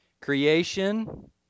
creation